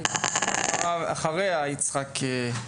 אחריה יצחק.